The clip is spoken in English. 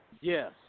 Yes